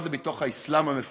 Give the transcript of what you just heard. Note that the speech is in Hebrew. מה זה בתוך האסלאם המפואר?